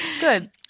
Good